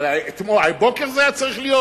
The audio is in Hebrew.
אבל הבוקר זה היה צריך להיות?